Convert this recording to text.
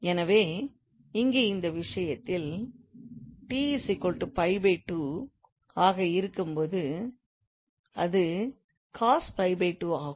எனவே இங்கே இந்த விஷயத்தில் s ஆக இருக்கும் போது அது ஆகும்